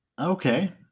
Okay